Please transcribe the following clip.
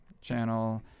channel